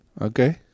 Okay